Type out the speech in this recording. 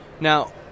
Now